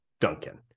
Duncan